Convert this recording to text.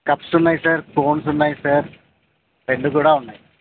cups ఉన్నాయి sir cones ఉన్నాయి sir రెండు కూడా ఉన్నాయి